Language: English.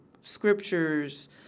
scriptures